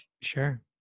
Sure